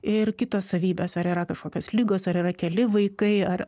ir kitos savybės ar yra kažkokios ligos ar yra keli vaikai ar